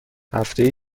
هفتهای